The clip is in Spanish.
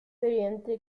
evidente